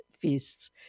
feasts